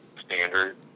standard